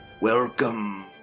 Welcome